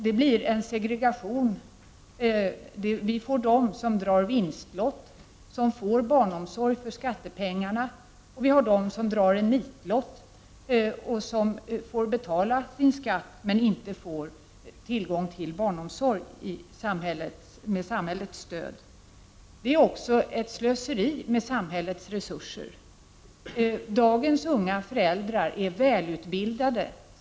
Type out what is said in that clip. Det blir en segregation på så sätt att vissa drar en vinstlott och får barnomsorg för skattepengarna, medan andra drar en nitlott och får betala sin skatt men inte får tillgång till barnomsorg med samhällets stöd. Det är också ett slöseri med samhällets resurser. Dagens unga föräldrar är välutbildade.